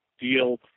deal